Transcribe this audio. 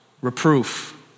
reproof